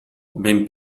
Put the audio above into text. ben